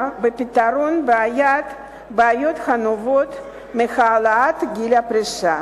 בפתרון בעיות הנובעות מהעלאת גיל הפרישה,